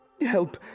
Help